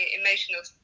emotional